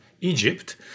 Egypt